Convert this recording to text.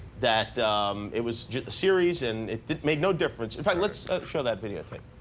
that it was a series and it made no difference. in fact, let's show that videotape.